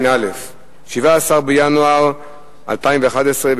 17 בינואר 2011,